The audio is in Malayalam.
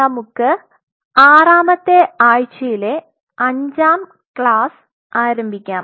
നമ്മുക് ആറാമത്തെ ആഴ്ചയിലെ അഞ്ചാം ക്ലാസ് ആരംഭിക്കാം